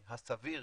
הסביר,